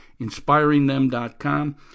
inspiringthem.com